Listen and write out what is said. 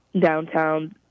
downtown